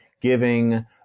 giving